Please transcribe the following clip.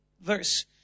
verse